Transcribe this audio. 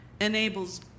enables